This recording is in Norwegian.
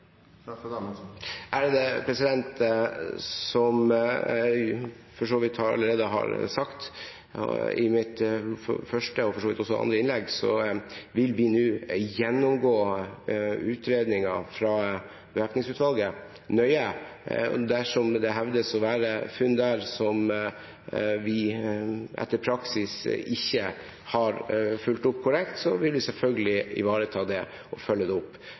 Som jeg for så vidt allerede har sagt i mitt første og for så vidt også andre innlegg, vil vi gjennomgå utredningen fra Bevæpningsutvalget nøye. Dersom det hevdes å være funn der som vi etter praksis ikke har fulgt opp korrekt, vil vi selvfølgelig ivareta det og følge det opp.